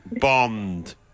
bond